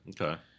Okay